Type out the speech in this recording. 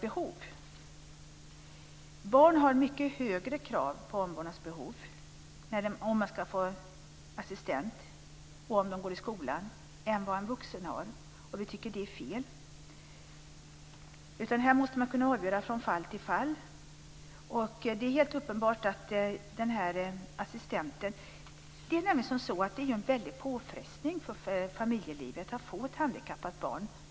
För barn gäller mycket högre krav om de ska få en assistent och om de går i skola än för vuxna. Vi tycker att det är fel. Här måste man kunna avgöra från fall till fall. Det är ju en väldig påfrestning för familjelivet att få ett handikappat barn.